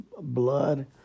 blood